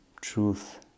truth